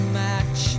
match